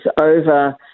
over